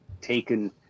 taken